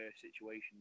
situation